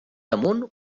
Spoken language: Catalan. damunt